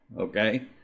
Okay